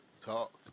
talk